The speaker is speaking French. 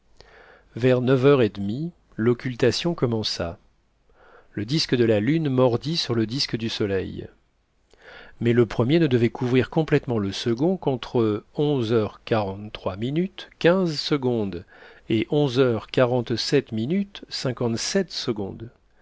vers neuf heures et demie l'occultation commença le disque de la lune mordit sur le disque du soleil mais le premier ne devait couvrir complètement le second qu'entre onze heures quarante-trois minutes quinze secondes et onze heures quarante-sept minutes cinquante-sept secondes